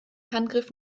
handgriff